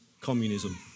communism